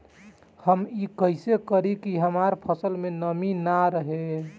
हम ई कइसे करी की हमार फसल में नमी ना रहे?